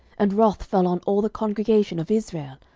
and wrath fell on all the congregation of israel?